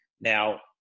Now